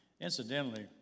Incidentally